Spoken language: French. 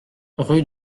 rue